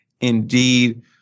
Indeed